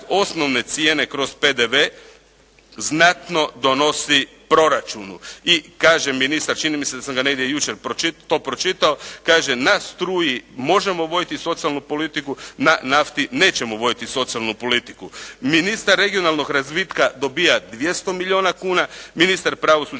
osnovne cijene kroz PDV znatno donosi proračunu. I kaže ministar, čini mi se da sam ga negdje jučer to pročitao, kaže na struji možemo voditi socijalnu politiku, na nafti nećemo voditi socijalnu politiku. Ministar regionalnog razvitka dobiva 200 milijuna kuna, ministar pravosuđa